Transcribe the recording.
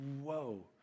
whoa